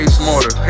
smarter